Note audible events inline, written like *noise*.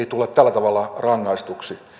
*unintelligible* tule tällä tavalla rangaistuksi